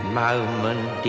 moment